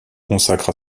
consacre